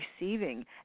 receiving